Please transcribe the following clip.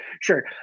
sure